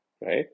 right